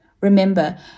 Remember